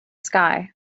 sky